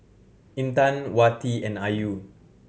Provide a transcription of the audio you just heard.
Intan Wati and Ayu